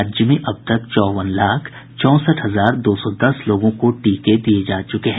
राज्य में अब तक चौंवन लाख चौंसठ हजार दो सौ दस लोगों को टीके दिये जा चुके हैं